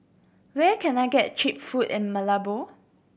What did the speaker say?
where can I get cheap food in Malabo